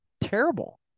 terrible